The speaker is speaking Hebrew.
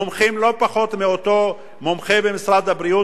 מומחים לא פחות מאותו מומחה במשרד הבריאות,